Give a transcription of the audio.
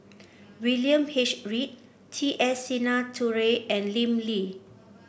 William H Read T S Sinnathuray and Lim Lee